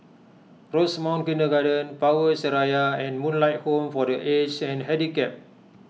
Rosemount Kindergarten Power Seraya and Moonlight Home for the Aged and Handicapped